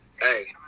hey